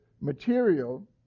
material